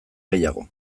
gehiago